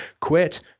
quit